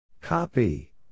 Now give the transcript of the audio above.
Copy